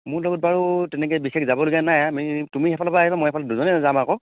মোৰ লগত বাৰু তেনেকৈ বিশেষ যাবলগীয়া নাই আমি তুমি সেইফালৰ পৰা আহিবা মই এইফালৰ পৰা দুজনে যাম আকৌ